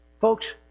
Folks